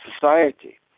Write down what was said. society